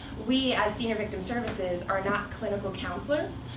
we, as senior victim services, are not clinical counselors,